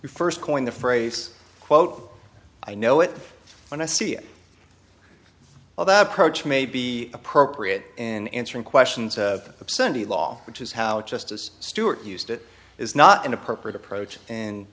who first coined the phrase quote i know it when i see all that approach may be appropriate and answering questions obscenity law which is how justice stewart used it is not an appropriate approach and